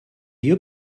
you